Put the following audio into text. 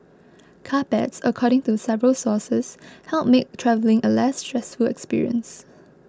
carpets according to several sources help make travelling a less stressful experience